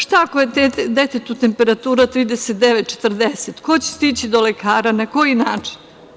Šta ako je detetu temperaturu 39 – 40, ko će stići do lekara, na koji način?